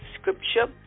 scripture